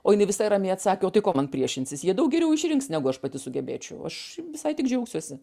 o jinai visai ramiai atsakė o tai ko man priešinsis jie daug geriau išrinks negu aš pati sugebėčiau aš visai tik džiaugsiuosi